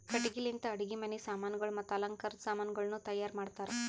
ಕಟ್ಟಿಗಿ ಲಿಂತ್ ಅಡುಗಿ ಮನಿ ಸಾಮಾನಗೊಳ್ ಮತ್ತ ಅಲಂಕಾರದ್ ಸಾಮಾನಗೊಳನು ತೈಯಾರ್ ಮಾಡ್ತಾರ್